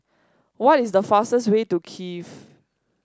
what is the fastest way to Kiev